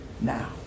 now